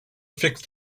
fixed